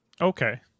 Okay